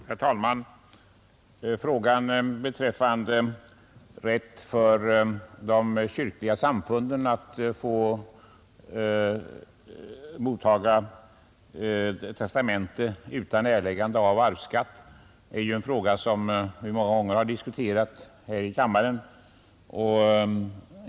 Herr talman! Frågan beträffande rätt för de kyrkliga samfunden att få skattefrihet för testamentariska förordnanden har vi många gånger diskuterat här i kammaren.